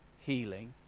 healing